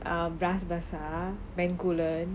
bras basah bencoolen